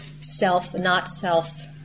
self-not-self